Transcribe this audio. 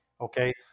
Okay